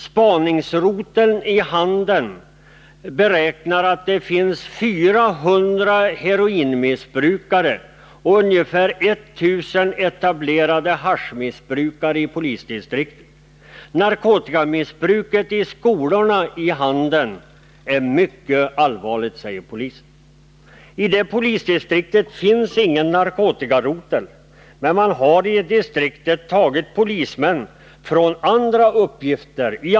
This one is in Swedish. Spaningsroteln i Handen beräknar att det finns 400 heroinmissbrukare och ungefär 1000 etablerade haschmissbrukare i polisdistriktet. Narkotikamissbruket i skolorna i Handen är mycket allvarligt, säger polisen. I detta polisdistrikt finns ingen narkotikarotel, men man har där tagit i anspråk polismän med andra uppgifter.